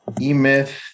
E-Myth